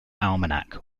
almanac